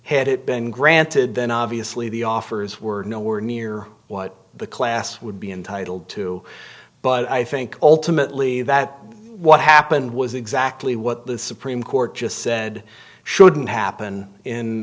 had it been granted then obviously the offers were nowhere near what the class would be entitled to but i think ultimately that what happened was exactly what the supreme court just said shouldn't happen in